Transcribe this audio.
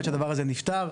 עד שהדבר הזה נפתר,